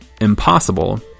impossible